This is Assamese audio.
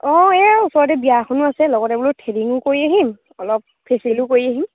অঁ এই ওচৰতে বিয়া এখনো আছে লগতে বোলো থ্ৰেডিঙো কৰি আহিম অলপ ফেচিয়ালো কৰি আহিম